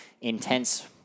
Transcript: intense